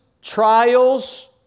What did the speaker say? Trials